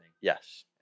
Yes